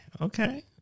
okay